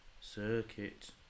Circuit